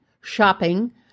shopping